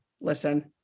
listen